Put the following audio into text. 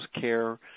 care